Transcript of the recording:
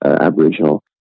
Aboriginal